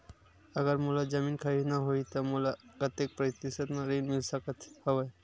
अगर मोला जमीन खरीदना होही त मोला कतेक प्रतिशत म ऋण मिल सकत हवय?